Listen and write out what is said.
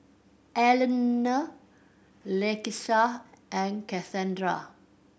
Alannah Lakeisha and Kasandra